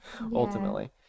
ultimately